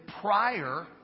prior